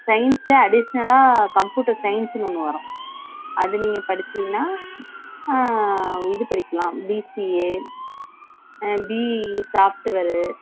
சயின்ஸில் அடிஷ்னலாக கம்ப்யூட்டர் சயின்ஸ்னு ஒன்று வரும் அது நீங்கள் படிச்சீங்கன்னா இது படிக்கலாம் பிசிஏ அண்ட் பிஇ சாப்ட்வரு